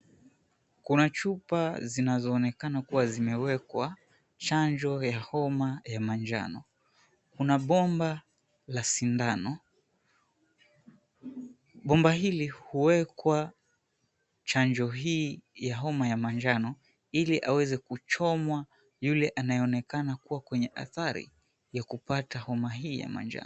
Kuna chupa zinazoonekana kuwa zimewekwa chanjo ya homa ya manjano. Kuna bomba la sindano. Bomba hili huwekwa chanjo hii ya homa ya manjano ili aweze kuchomwa yule anayeonekana kuwa kwenye athari ya kupata homa hii ya manjano.